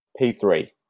P3